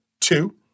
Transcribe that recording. two